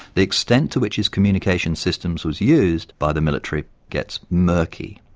the extent to which his communication systems was used by the military gets murky.